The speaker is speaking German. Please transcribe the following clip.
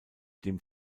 dem